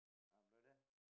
uh brother